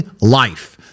life